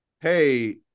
hey